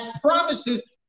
promises